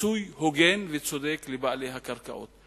פיצוי הוגן וצודק לבעלי הקרקעות.